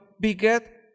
beget